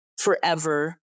forever